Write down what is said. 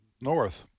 north